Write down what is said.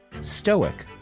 stoic